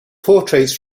portraits